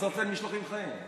בסוף אין משלוחים חיים,